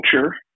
culture